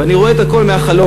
ואני רואה את הכול מהחלון,